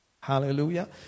Hallelujah